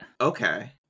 Okay